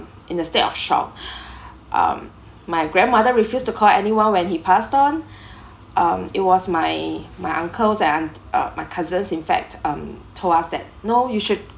in a state of shock um my grandmother refused to call anyone when he passed on um it was my my uncles and aunt~ uh my cousins in fact um told us that no you should